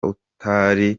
utari